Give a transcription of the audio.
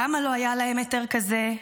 למה לא היה להם היתר כזה?